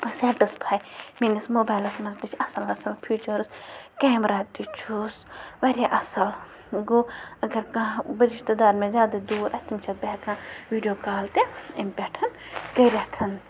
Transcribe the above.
satisfy میٛٲنِس موبایلَس منٛز تہِ چھِ اَصٕل اَصٕل فیوٗچٲرٕس کیمرا تہِ چھُس واریاہ اَصٕل گوٚو اَگر کانٛہہ بہٕ رِشتہٕ دار مےٚ زیادٕ دوٗر آسہِ تٔمِس چھَس بہٕ ہٮ۪کان ویڈیو کال تہِ امۍ پٮ۪ٹھ کٔرِتھ